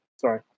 sorry